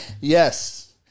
Yes